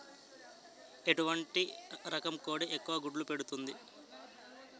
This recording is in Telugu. ఎటువంటి రకం కోడి ఎక్కువ గుడ్లు పెడుతోంది?